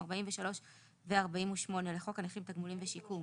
43א' ו-48 לחוק הנכים תגמולים ושיקום